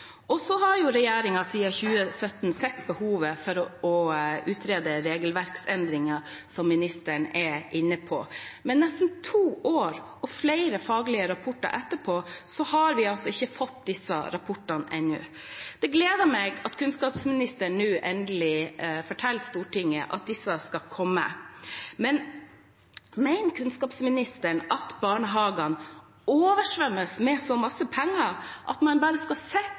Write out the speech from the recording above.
2017 sett behovet for å utrede regelverksendringer, som ministeren er inne på. Men nesten to år og flere faglige rapporter etter har vi ikke fått disse rapportene. Det gleder meg at kunnskapsministeren nå endelig forteller Stortinget at disse skal komme. Men mener kunnskapsministeren at barnehagene oversvømmes av så mye penger at man bare skal